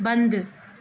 बंदि